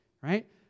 right